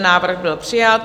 Návrh byl přijat.